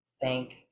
thank